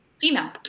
female